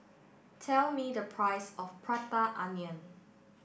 tell me the price of Prata Onion